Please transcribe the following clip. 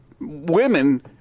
women